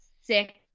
sick